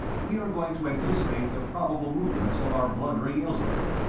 we are going to anticipate the probable movements of our blundering aylesbury.